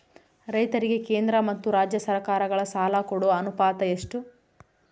ರೈತರಿಗೆ ಕೇಂದ್ರ ಮತ್ತು ರಾಜ್ಯ ಸರಕಾರಗಳ ಸಾಲ ಕೊಡೋ ಅನುಪಾತ ಎಷ್ಟು?